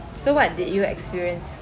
so what did you experience